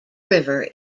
river